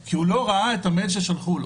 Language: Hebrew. כי הוא לא ראה את המייל ששלחו לו.